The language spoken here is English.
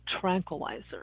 tranquilizer